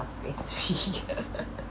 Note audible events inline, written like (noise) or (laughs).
frustrate me (laughs)